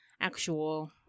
actual